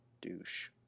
douche